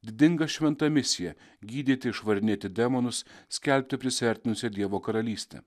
didinga šventa misija gydyti išvarinėti demonus skelbti prisiartinusią dievo karalystę